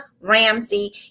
Ramsey